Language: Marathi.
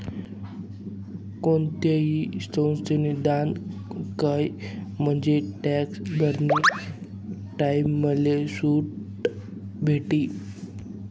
कोणती संस्थाले दान कयं म्हंजे टॅक्स भरानी टाईमले सुट भेटी